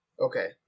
Okay